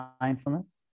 mindfulness